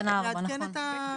תקנה 4. נכון.